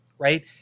Right